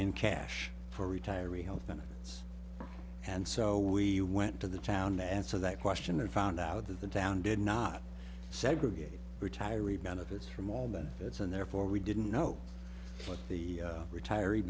in cash for retiree health benefits and so we went to the town that answer that question and found out that the town did not segregate retiree benefits from all that its and therefore we didn't know what the retiree